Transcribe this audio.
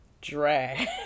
drag